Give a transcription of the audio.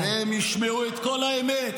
והם ישמעו את כל האמת,